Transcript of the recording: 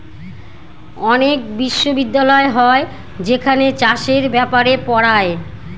অনেক বিশ্ববিদ্যালয় হয় যেখানে চাষের ব্যাপারে পড়ায়